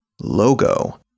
logo